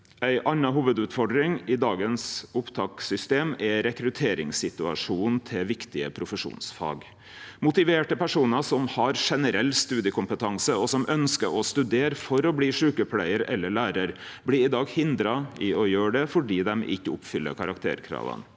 Ei anna hovudutfordring i dagens opptakssystem er rekrutteringssituasjonen til viktige profesjonsfag. Motiverte personar som har generell studiekompetanse og som ønskjer å studere for å bli sjukepleiar eller lærar, blir i dag hindra i å gjere det fordi dei ikkje oppfyller karakterkrava.